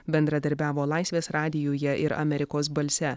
bendradarbiavo laisvės radijuje ir amerikos balse